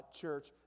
church